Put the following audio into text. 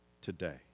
today